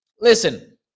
listen